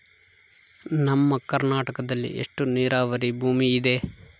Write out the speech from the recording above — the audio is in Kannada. ನಮ್ಮ ಕರ್ನಾಟಕದಲ್ಲಿ ಎಷ್ಟು ನೇರಾವರಿ ಭೂಮಿ ಇದೆ?